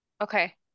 Okay